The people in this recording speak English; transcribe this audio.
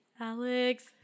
Alex